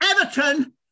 Everton